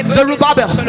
Zerubbabel